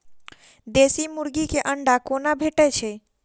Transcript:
देसी मुर्गी केँ अंडा कोना भेटय छै?